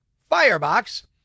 firebox